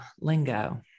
lingo